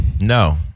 no